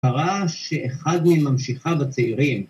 ‫קרה שאחד מממשיכיו הצעירים...